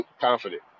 confident